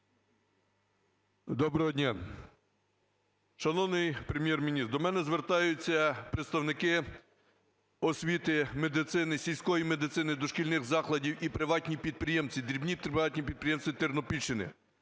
Доброго дня! Шановний Прем'єр-міністре, до мене звертаються представники освіти, медицини, сільської медицини, дошкільних закладів і приватні підприємці, дрібні приватні підприємці Тернопільщини.